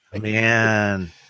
man